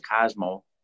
cosmo